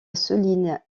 souligne